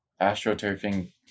astroturfing